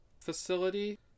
facility